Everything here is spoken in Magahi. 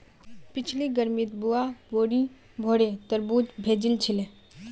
पिछली गर्मीत बुआ बोरी भोरे तरबूज भेजिल छिले